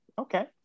okay